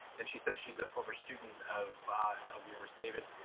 and she says she's a former student of of yours david.